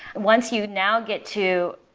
once you now get to,